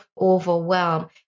overwhelm